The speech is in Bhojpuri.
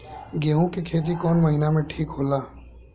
गेहूं के खेती कौन महीना में ठीक होला?